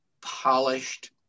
polished